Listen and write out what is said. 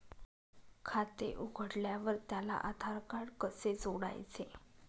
खाते उघडल्यावर त्याला आधारकार्ड कसे जोडायचे?